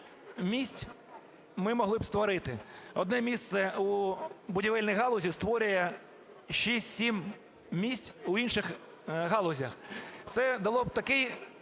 місць ми могли б створити. Одне місце у будівельній галузі створює 6-7 місць у інших галузях. Це дало б такий